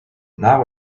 not